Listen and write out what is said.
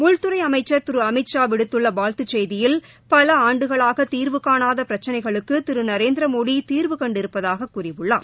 உள்துறை அமைச்சர் திரு அமித்ஷா விடுத்துள்ள வாழ்த்துச் செய்தியில் பல ஆண்டுகளாக தீர்காணாத பிரக்சினைகளுக்கு திரு நரேந்திரமோடி தீர்வு கண்டிருப்பதாகக் கூறியுள்ளார்